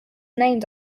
named